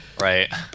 Right